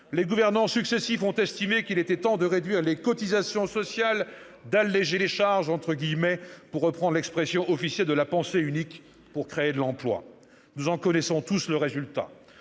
les gouvernants successifs ont estimé qu'il était temps de réduire les cotisations sociales, « d'alléger les charges », pour reprendre l'expression officielle de la pensée unique, et ce afin de créer de l'emploi. Nous en connaissons tous le résultat.